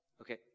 Okay